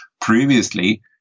Previously